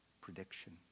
prediction